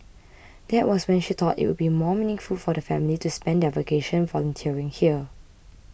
there was when she thought it would be more meaningful for the family to spend their vacation volunteering here